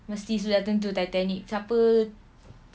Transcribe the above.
mesti sudah tentu titanic siapa